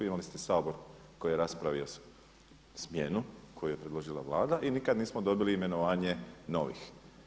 Imali ste Sabor koji je raspravio smjenu koju je predložila Vlada i nikada nismo dobili imenovanje novih.